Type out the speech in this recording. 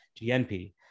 GNP